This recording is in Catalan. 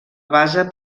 base